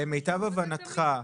אבל זה תמיד הטיעון.